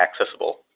accessible